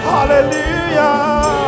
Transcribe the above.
Hallelujah